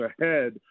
ahead